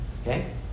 Okay